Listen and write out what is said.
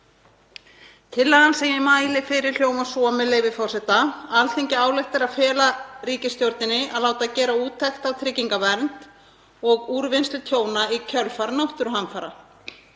Tillagan sem ég mæli fyrir hljómar svo, með leyfi forseta: „Alþingi ályktar að fela ríkisstjórninni að láta gera úttekt á tryggingavernd og úrvinnslu tjóna í kjölfar náttúruhamfara.